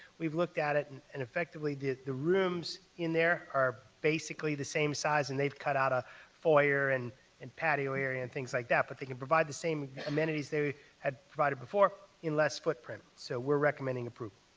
we have looked at it and and effectively the the rooms in there are basically the same size and they have cut out a foyer and and patio area and things like that. but they can provide the same amenities they provided before in less footprint, so we are recommending approval.